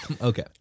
Okay